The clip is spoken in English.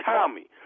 Tommy